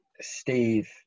Steve